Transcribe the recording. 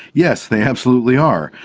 yes, they absolutely are.